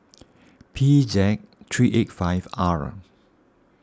P Z three eight five R